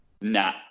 nah